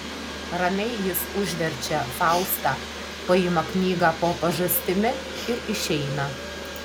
ramiai jis užverčia faustą paima knygą po pažastimi ir išeina